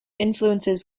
influences